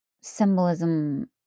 symbolism